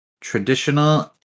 Traditional